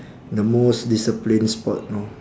the most discipline sport know